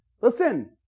listen